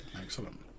Excellent